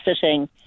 sitting